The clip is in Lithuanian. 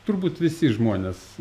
turbūt visi žmonės